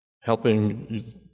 helping